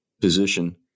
position